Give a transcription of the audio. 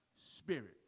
Spirit